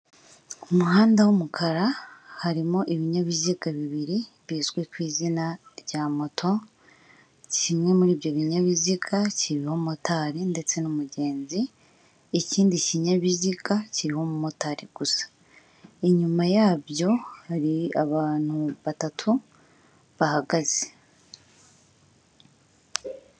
Umuhanda w'umukara harimo ibinyabiziga bibiri bizwi ku izina rya moto kimwe muri ibyo binyabiziga kiriho motari ndetse n'umugenzi, ikindi kinyabiziga kiriho umumotari gusa inyuma yabyo hari abantu batatu bahagaze.